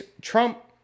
Trump